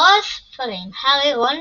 ברוב הספרים, הארי, רון